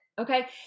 Okay